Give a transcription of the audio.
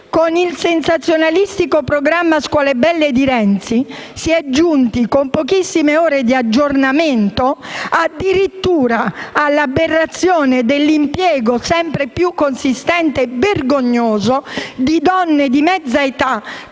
Con il sensazionalistico programma scuole belle di Renzi si è giunti, con pochissime ore di aggiornamento, addirittura all'aberrazione dell'impiego, sempre più consistente e vergognoso, di donne di mezza età,